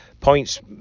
points